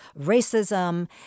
racism